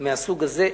מהסוג הזה?